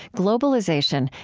globalization,